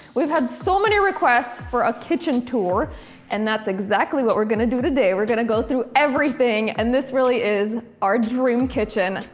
we've had so many requests for a kitchen tour and that's exactly what we're gonna do today. we're gonna go through everything and this really is our dream kitchen.